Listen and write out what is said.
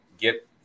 get